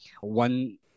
one